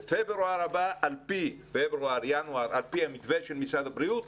בינואר-פברואר הבא, על פי המתווה של משרד הבריאות,